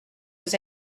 les